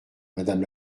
madame